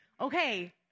Okay